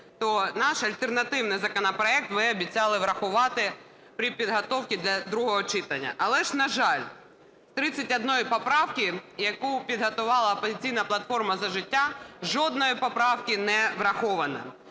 то наш альтернативний законопроект ви обіцяли врахувати при підготовці для другого читання. Але ж, на жаль, з 31 поправки, яку підготувала "Опозиційна платформа - За життя", жодної поправки не враховано.